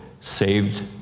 saved